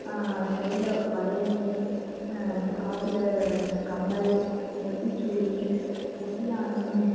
கையில வலையணி காதில் கம்மல் நெற்றிச்சூடி ஒட்டியாணம்